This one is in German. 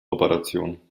operation